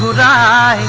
da